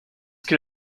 can